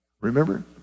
Remember